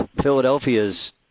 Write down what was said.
Philadelphia's –